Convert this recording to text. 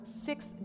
six